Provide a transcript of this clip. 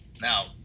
Now